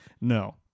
No